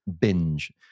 Binge